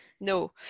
no